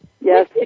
Yes